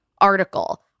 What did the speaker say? article